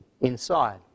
inside